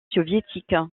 soviétique